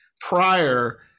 prior